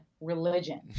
religion